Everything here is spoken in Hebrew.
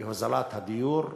להוזלת הדיור,